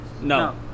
no